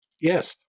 Yes